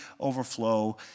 overflow